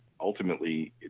Ultimately